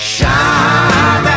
Shine